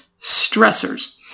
stressors